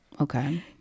okay